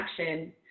action